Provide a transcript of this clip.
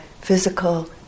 physical